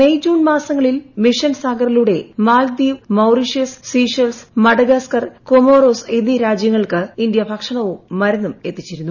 May June mission മിഷൻ സാഗറിലൂടെ Maldives Mauritius Seychelles Madagascar Comoros എന്നീ രാജ്യങ്ങൾക്ക് ഇന്ത്യ ഭക്ഷണവും മരുന്നും എത്തിച്ചിരുന്നു